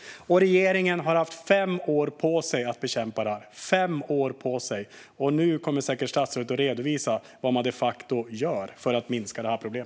Regeringen har haft fem år på sig att bekämpa detta. Nu kommer säkert statsrådet att redovisa vad man de facto gör för att minska detta problem.